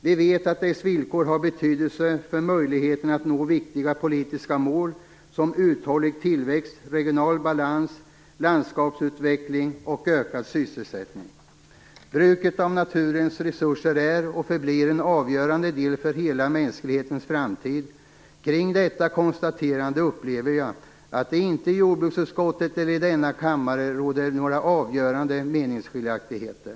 Vi vet att dess villkor har betydelse för möjligheten att nå viktiga politiska mål som uthållig tillväxt, regional balans, landskapsutveckling och ökad sysselsättning. Bruket av naturens resurser är och förblir en avgörande faktor för hela mänsklighetens framtid. Kring detta konstaterande upplever jag inte att det i jordbruksutskottet eller i denna kammare råder några avgörande meningsskiljaktigheter.